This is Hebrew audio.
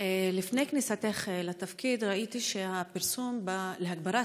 לפני כניסתך לתפקיד ראיתי שהפרסום להגברת